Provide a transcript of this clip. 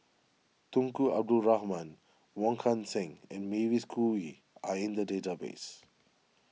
Tunku Abdul Rahman Wong Kan Seng and Mavis Khoo Oei are in the database